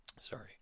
Sorry